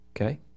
Okay